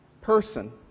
person